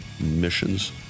missions